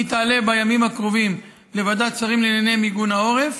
היא תעלה בימים הקרובים לוועדת שרים לענייני מיגון העורף.